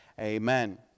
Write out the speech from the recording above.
Amen